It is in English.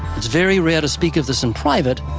it's very rare to speak of this in private,